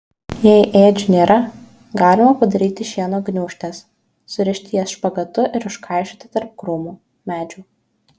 jei ėdžių nėra galima padaryti šieno gniūžtes surišti jas špagatu ir užkaišioti tarp krūmų medžių